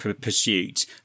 pursuit